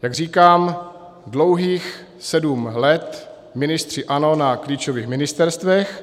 Jak říkám, dlouhých sedm let ministři ANO na klíčových ministerstvech.